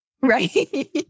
Right